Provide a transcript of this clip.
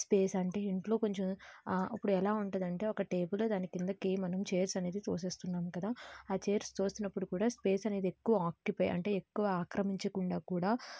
space అంటే ఇంట్లో కొంచెం ఆ ఇప్పుడు ఎలా ఉంటుందంటే ఒక టేబుల్ దాని కిందకి మనం చైర్స్ అనేది తోస్తున్నాం కదా ఆ చైర్స్ తోసినప్పుడు కూడా స్పేస్ అనేది ఎక్కువ ఆక్యుపై అంటే ఎక్కువ ఆక్రమించకుండా కూడా